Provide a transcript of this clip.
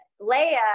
Leia